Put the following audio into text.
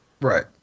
Right